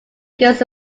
girls